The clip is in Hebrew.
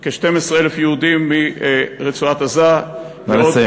כ-12,000 יהודים מרצועת-עזה, נא לסיים.